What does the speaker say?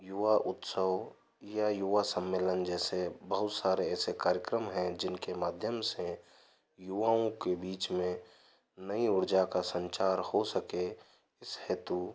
युवा उत्सव या युवा सम्मेलन जैसे बहुत सारे ऐसे कार्यक्रम है जिनके माध्यम से युवाओं के बीच में नई ऊर्जा का संचार हो सके इस हेतु